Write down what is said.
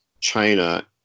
China